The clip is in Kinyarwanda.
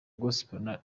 gospel